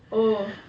oh